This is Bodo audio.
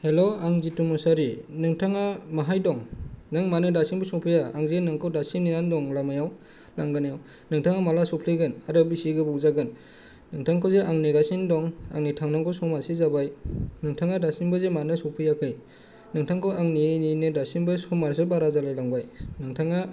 हेल' आं जितु मसाहारि नोंथांआ माहाय दं नों मानो दासिमबो सफैया आं जे नोंखौ दासिम नेनानै दङ लामायाव लांगोनायाव नोंथाङा माला सफैगोन आरो बिसि गोबाव जागोन नोंथांखौ जे आं नेगासिनो दं आंनि थांनांगौ समासो जाबाय नोंथाङा दासिमबोजे मानो सफैयाखै नोंथांखौ आं नेयै नेयैनो दासिमबो समासो बारा जालाय लांबाय नोंथाङा